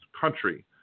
country